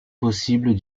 possible